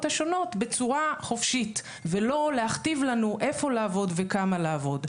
השונות בצורה חופשית ולא להכתיב לנו איפה לעבוד וכמה לעבוד.